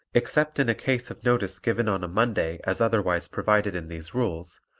except in a case of notice given on monday as otherwise provided in these rules,